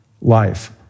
life